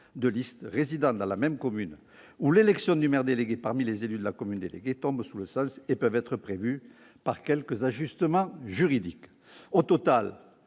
de liste résidant dans la même commune, ou l'élection du maire délégué parmi les élus de la commune déléguée, tombent sous le sens et peuvent être prévus par quelques ajustements juridiques. Au total,